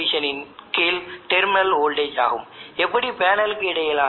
எனவே K மற்றும் ISC இன் பெருக்கல் பலன் Im ஆக இருக்கும்